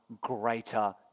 greater